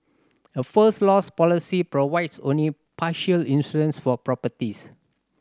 a First Loss policy provides only partial insurance for properties